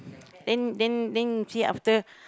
then then then you see after